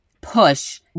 push